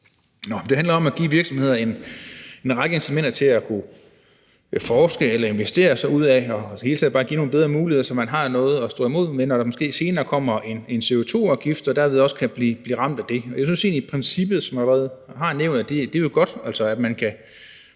Det handler om at give virksomheder en række incitamenter til at forske eller investere og i det hele taget bare at give nogle bedre muligheder, så man har noget at stå imod med, når der måske senere kommer en CO2-afgift og man derved også kan blive ramt af det. Jeg synes egentlig, at princippet, som jeg allerede har nævnt, er godt, altså at man kan